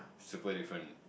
super different